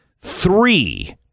Three